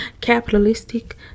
capitalistic